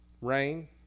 Rain